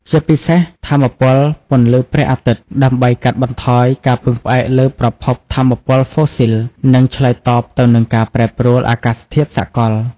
ជាពិសេសថាមពលពន្លឺព្រះអាទិត្យ ដើម្បីកាត់បន្ថយការពឹងផ្អែកលើប្រភពថាមពលហ្វូស៊ីល និងឆ្លើយតបទៅនឹងការប្រែប្រួលអាកាសធាតុសកល។